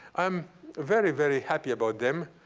i'm very, very happy about them.